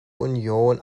union